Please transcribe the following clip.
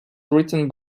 written